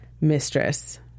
mistress